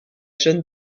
jeune